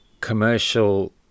commercial